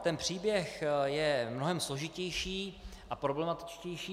Ten příběh je mnohem složitější a problematičtější.